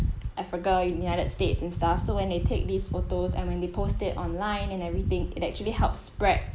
africa united states and stuff so when they take these photos and when they post it online and everything it actually helps spread